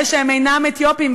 אלה שהם אינם אתיופים,